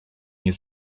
nie